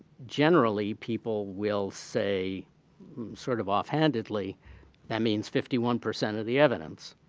generally, people will say sort of offhandedly that means fifty one percent of the evidence.